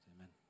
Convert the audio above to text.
Amen